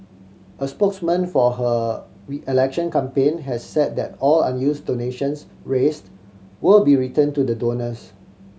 a spokesman for her we election campaign has said that all unuse donations raised will be return to the donors